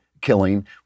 killing